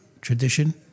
tradition